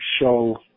show